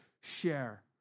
share